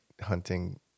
hunting